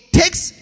takes